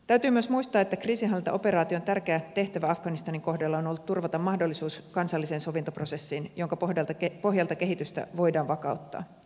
täytyy myös muistaa että kriisinhallintaoperaation tärkeä tehtävä afganistanin kohdalla on ollut turvata mahdollisuus kansalliseen sovintoprosessiin jonka pohjalta kehitystä voidaan vakauttaa